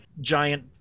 giant